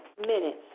minutes